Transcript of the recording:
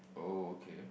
oh okay